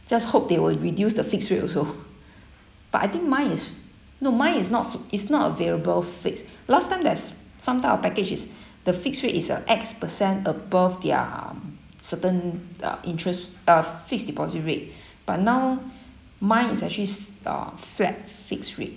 just hope they will reduce the fixed rate also but I think mine is no mine not f~ is not a variable fix last time there's some type of package is the fixed rate is uh x-percent above their certain uh interests uh fixed deposit rate but now mine is actually s~ uh flat fixed rate